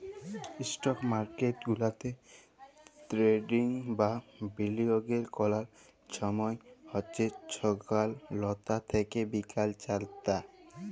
stock market গুলাতে trading বা বিলিয়গের ক্যরার ছময় হছে ছকাল লটা থ্যাইকে বিকাল চারটা